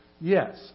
Yes